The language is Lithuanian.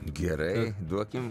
gerai duokim